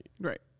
Right